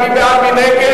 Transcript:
סעיף 02,